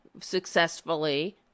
successfully